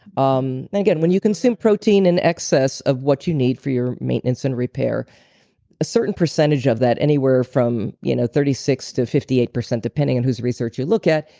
um and again, when you consume protein in excess of what you need for your maintenance and repair a certain percentage of that, anywhere from you know thirty six and to fifty eight percent, depending on whose research you look at,